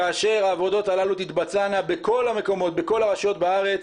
כאשר העבודות הללו תתבצענה בכל הרשויות בארץ